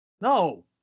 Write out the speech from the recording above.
no